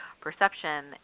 perception